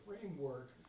framework